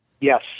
Yes